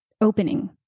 opening